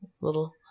Little